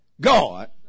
God